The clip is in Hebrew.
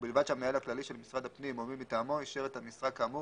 ובלבד שהמנהל הכללי של משרד הפנים או מי מטעמו אישר את המשרה כאמור